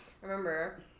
remember